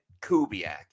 Kubiak